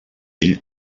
ell